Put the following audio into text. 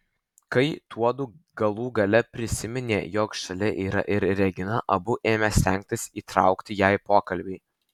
kai tuodu galų gale prisiminė jog šalia yra ir regina abu ėmė stengtis įtraukti ją į pokalbį